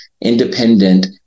independent